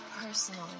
personally